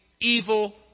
evil